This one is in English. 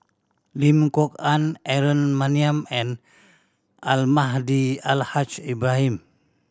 Lim Kok Ann Aaron Maniam and Almahdi Al Haj Ibrahim